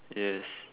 yes